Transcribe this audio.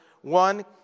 one